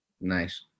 Nice